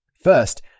First